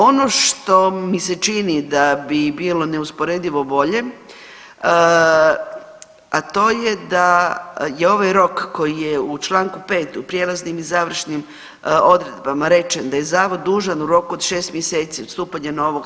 Ono što mi se čini da bi bilo neusporedivo bolje, a to je da je ovaj rok koji je u čl. 5 u prijelaznim i završnim odredbama rečen da je Zavod dužan u roku od 6 mjeseci od stupanja na ovog